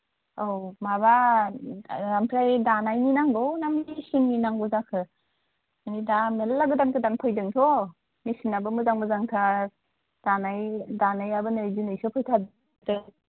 औ माबा ओमफ्राय दानायनि नांगौ ना मेसिन नि नांगौ जाखो माने दा मेल्ला गोदान गोदान फैदों थ' मेसिन नाबो मोजां मोजांथार दानाय दानायाबो नै दिनैसो फैथारदों